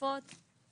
תרופות וכו׳.